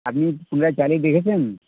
আপনি পুনরায় চালিয়ে দেখেছেন